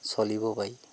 চলিবও পাৰি